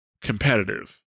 competitive